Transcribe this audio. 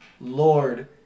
lord